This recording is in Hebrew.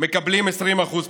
מקבלים 20% פחות,